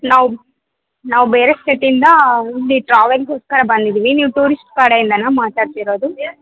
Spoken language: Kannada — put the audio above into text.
ನಾವು ನಾವು ಬೇರೆ ಸ್ಟೇಟಿಂದ ಇಲ್ಲಿ ಟ್ರಾವೆಲ್ಲಿಗೋಸ್ಕರ ಬಂದಿದ್ದೀವಿ ನೀವು ಟೂರಿಸ್ಟ್ ಕಡೆಯಿಂದಲಾ ಮಾತಾಡ್ತಿರೋದು